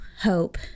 hope